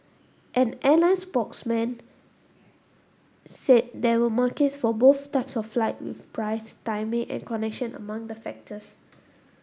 an airline spokesman said there were markets for both types of flight with price timing and connection among the factors